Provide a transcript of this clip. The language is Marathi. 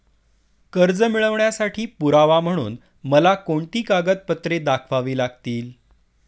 कर्ज मिळवण्यासाठी पुरावा म्हणून मला कोणती कागदपत्रे दाखवावी लागतील?